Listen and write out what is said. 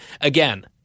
again